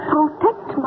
Protect